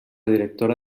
directora